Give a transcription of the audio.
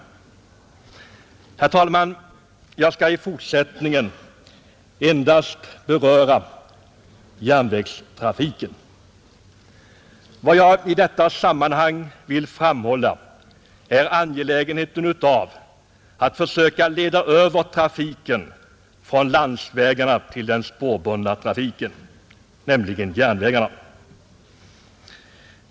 Herr talman! Jag skall i fortsättningen endast beröra järnvägstrafiken. Vad jag i detta sammanhang vill framhålla är angelägenheten av att man försöker leda över transporterna från landsvägarna till den spårbundna trafiken, nämligen järnvägarna.